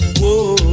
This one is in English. Whoa